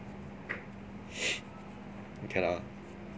okay lah